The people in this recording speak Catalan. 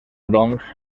doncs